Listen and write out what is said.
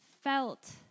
felt